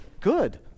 Good